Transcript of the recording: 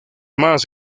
más